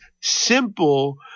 simple